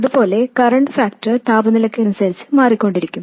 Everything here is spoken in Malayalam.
അതുപോലെതന്നെ കറൻറ് ഫാക്ടർ താപനിലയ്ക് അനുസരിച്ച് മാറിക്കൊണ്ടിരിക്കും